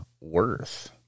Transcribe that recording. Worth